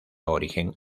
origen